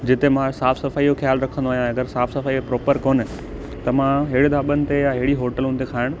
जिते मां साफ़ु सफ़ाईअ जो ख़्यालु रखंदो आहियां अगरि साफ़ु सफ़ाई प्रॉपर कोन्हे त मां अहिड़े ढाबनि ते या अहिड़ी हॉटिलुनि ते खाइण